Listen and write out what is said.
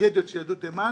לטרגדיות של יהדות תימן,